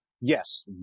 yes